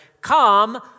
Come